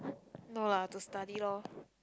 no lah to study lor